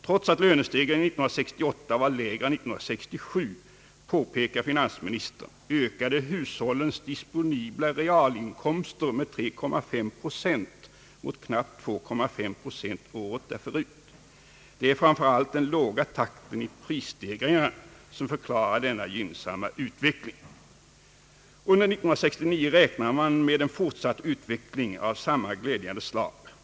Trots att lönestegringen 1968 var lägre än 1967, påpekar finansministern, ökade hushållens disponibla realinkomster med 3,5 procent mot knappt 2,5 procent året därförut. Det är framför allt den låga takten i prisstegringarna som förklarar denna gynnsamma utveckling. Under 1969 räknar man med en fortsatt utveckling av samma glädjande slag.